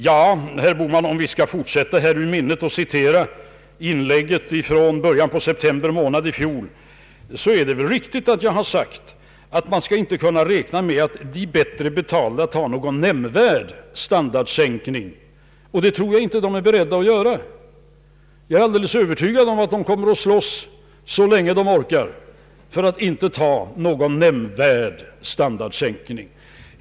Ja, herr Bohman, om vi skall våga fortsätta att citera ur minnet från mitt inlägg i början av september månad i fjol, så är det väl riktigt att jag sagt att man inte kan räkna med att de bättre betalda kommer att acceptera någon nämnvärd standardsänkning. Det tror jag inte att de är beredda att göra. Jag är övertygad om att de kommer att slåss så länge de orkar för att inte ta någon nämnvärd <standardsänkning.